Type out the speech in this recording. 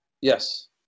Yes